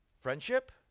friendship